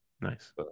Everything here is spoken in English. nice